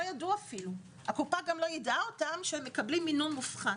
ולא ידעו אפילו הקופה לא יידעה אותם שהם מקבלים מינון מופחת.